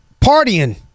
partying